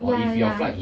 ya ya ya